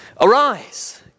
Arise